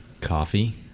Coffee